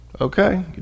Okay